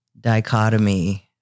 dichotomy